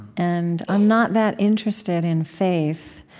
and i'm not that interested in faith,